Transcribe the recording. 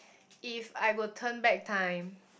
if I will turn back time